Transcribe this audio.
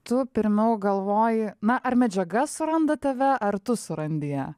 tu pirmiau galvoji na ar medžiaga suranda tave ar tu surandi ją